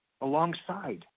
alongside